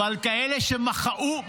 אבל כאלה שמחו,